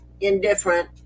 indifferent